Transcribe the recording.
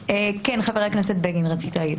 חבר הכנסת בגין, רצית לומר משהו.